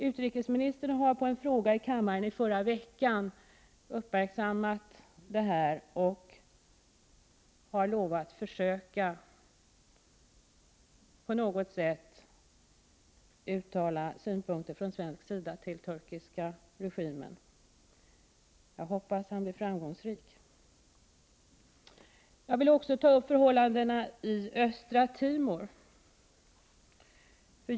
Utrikesministern har på en fråga i kammaren förra veckan uppmärksammat detta och har lovat att på något sätt försöka uttala synpunkter från svensk sida till den turkiska regimen. Jag hoppas att han blir framgångsrik. Jag vill vidare ta upp förhållandena i Östra Timor.